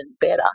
better